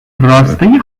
راسته